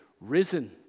risen